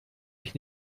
ich